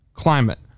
Climate